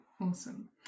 awesome